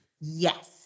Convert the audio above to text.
Yes